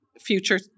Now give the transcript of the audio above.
future